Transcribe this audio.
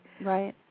Right